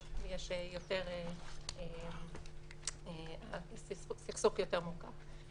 כי יש סכסוך יותר מורכב.